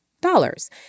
Dollars